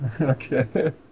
Okay